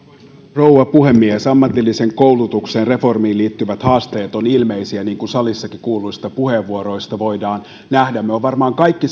rouva puhemies ammatillisen koulutuksen reformiin liittyvät haasteet ovat ilmeisiä niin kuin salissakin kuulluista puheenvuoroista voidaan nähdä me olemme varmaan kaikki